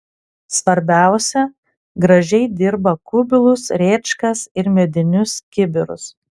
svarbiausia gražiai dirba kubilus rėčkas ir medinius kibirus